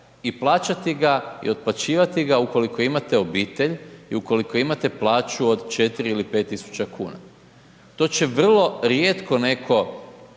i plaćati ga i otplaćivati ga ukoliko imate obitelj i ukoliko imate plaću od 4 ili 5 tisuća kuna. To će vrlo rijetko netko